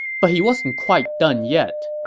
but he wasn't quite done yet.